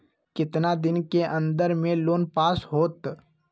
कितना दिन के अन्दर में लोन पास होत?